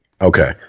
Okay